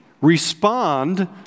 respond